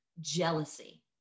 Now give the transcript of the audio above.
jealousy